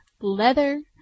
Leather